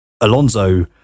Alonso